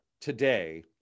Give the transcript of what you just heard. today